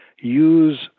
use